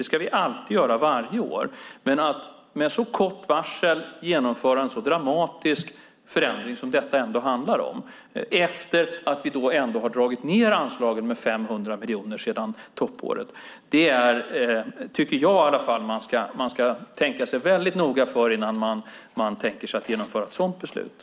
Det ska vi alltid göra, varje år, men jag tycker att man ska tänka sig väldigt noga för innan man med så kort varsel genomför en så pass dramatisk förändring som detta trots allt handlar om, detta efter att vi dragit ned anslagen med 500 miljoner sedan toppåret.